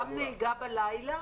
גם נהיגה בלילה.